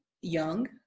young